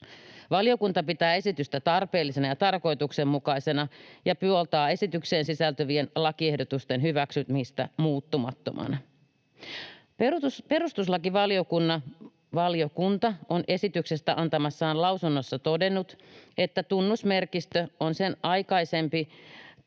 Valiokunta pitää esitystä tarpeellisena ja tarkoituksenmukaisena ja puoltaa esitykseen sisältyvien lakiehdotusten hyväksymistä muuttamattomana. Perustuslakivaliokunta on esityksestä antamassaan lausunnossa todennut, että tunnusmerkistö on sen aikaisempi